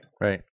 Right